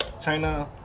china